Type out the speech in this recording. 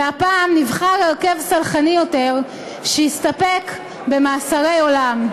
והפעם נבחר הרכב סלחני יותר שהסתפק במאסרי עולם.